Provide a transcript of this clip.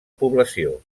població